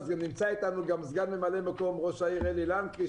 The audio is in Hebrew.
נמצא אתנו גם סגן ממלא מקום ראש העיר אלי לנקרי,